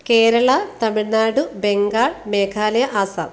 Kerala Tamil Nadu Bengal Meghalaya Assam